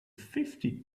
fifty